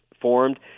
formed